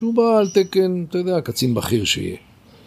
הוא בא על תקן, אתה יודע, קצין בכיר שיהיה